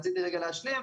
רציתי רגע להשלים,